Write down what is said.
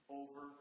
over